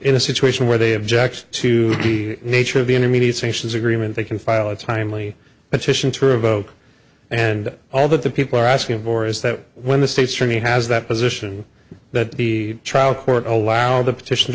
in a situation where they object to the nature of the intermediate sanctions agreement they can file a timely petition to revoke and all that the people are asking for is that when the state's attorney has that position that the trial court all while the petition to